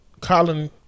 colin